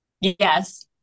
Yes